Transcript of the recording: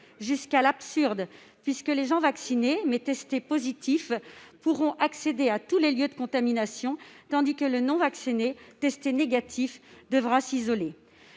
Jusqu'à l'absurde, puisque les gens vaccinés, mais testés positifs, pourront accéder à tous les lieux de contamination, tandis que les non-vaccinés testés négatifs devront,